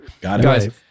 guys